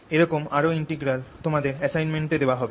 এরকম আরো ইন্টেগ্রাল তোমাদের এসাইনমেন্ট এ দেওয়া হবে